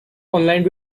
online